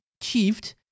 achieved